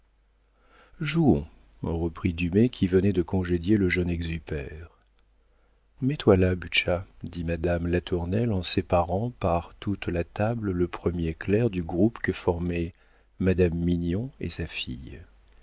jouons reprit dumay qui venait de congédier le jeune exupère mets-toi là butscha dit madame latournelle en séparant par toute la table le premier clerc du groupe que formaient madame mignon et sa fille